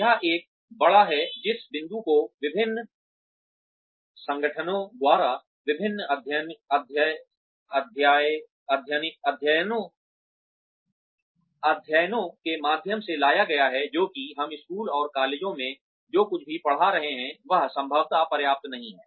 यह एक बड़ा है जिस बिंदु को विभिन्न संगठनों द्वारा विभिन्न अध्ययनों के माध्यम से लाया गया है जो कि हम स्कूलों और कॉलेजों में जो कुछ भी पढ़ा रहे हैं वह संभवतः पर्याप्त नहीं है